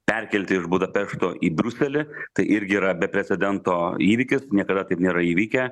perkelti iš budapešto į briuselį tai irgi yra be precedento įvykis niekada taip nėra įvykę